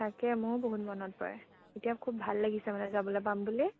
তাকে মোৰো বহুত মনত পৰে এতিয়া খুব ভাল লাগিছে মানে যাবলে পাম বুলি